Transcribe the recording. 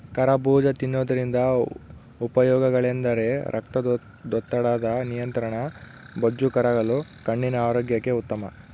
ಕರಬೂಜ ತಿನ್ನೋದ್ರಿಂದ ಉಪಯೋಗಗಳೆಂದರೆ ರಕ್ತದೊತ್ತಡದ ನಿಯಂತ್ರಣ, ಬೊಜ್ಜು ಕರಗಲು, ಕಣ್ಣಿನ ಆರೋಗ್ಯಕ್ಕೆ ಉತ್ತಮ